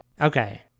Okay